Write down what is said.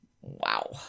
Wow